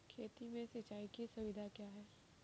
खेती में सिंचाई की सुविधा क्या है?